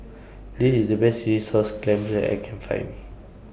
This IS The Best Chilli Sauce Clams that I Can Find